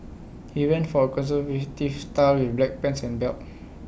he went for A conservative style with black pants and belt